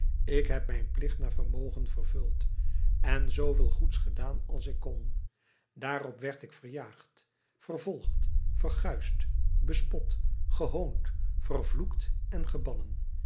ik heb mijn plicht naar vermogen vervuld en zooveel goeds gedaan als ik kon daarop werd ik verjaagd vervolgd verguisd bespot gehoond vervloekt en gebannen